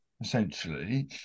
essentially